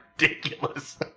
ridiculous